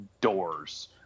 doors